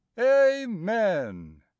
Amen